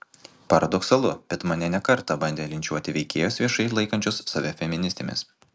paradoksalu bet mane ne kartą bandė linčiuoti veikėjos viešai laikančios save feministėmis